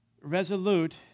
resolute